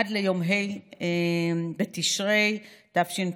עד ליום ה' בתשרי התשפ"ב,